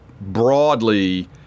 broadly